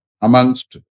amongst